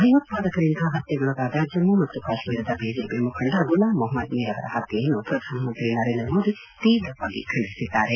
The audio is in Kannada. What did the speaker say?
ಭಯೋತ್ಪಾದಕರಿಂದ ಹತ್ಗೊಳಗಾದ ಜಮ್ನ ಮತ್ತು ಕಾಶ್ನೀರದ ಬಿಜೆಪಿ ಮುಖಂಡ ಗುಲಾಮ್ ಮೊಹಮ್ನದ್ ಮೀರ್ ಅವರ ಹತ್ತೆಯನ್ನು ಪ್ರಧಾನಮಂತ್ರಿ ನರೇಂದ್ರ ಮೋದಿ ತೀವ್ರವಾಗಿ ಖಂಡಿಸಿದ್ದಾರೆ